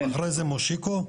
אחרי זה מושיקו,